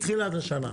מתחילת השנה.